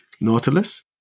Nautilus